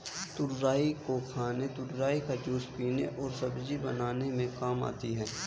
तुरई को खाने तुरई का जूस पीने और सब्जी बनाने में काम आती है